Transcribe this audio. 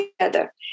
together